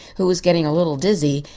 who was getting a little dizzy.